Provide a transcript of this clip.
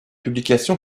publication